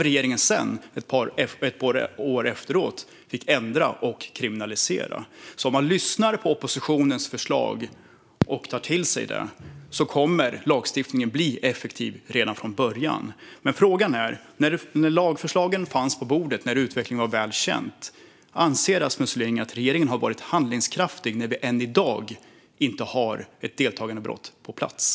Men sedan, ett par år efteråt, fick regeringen ändra detta och kriminalisera det. Om man lyssnar på oppositionens förslag och tar till sig dem kommer lagstiftningen att bli effektiv redan från början. Jag har en fråga. När lagförslagen fanns på bordet och när utvecklingen var väl känd - anser Rasmus Ling att regeringen har varit handlingskraftig när vi än i dag inte har ett deltagandebrott på plats?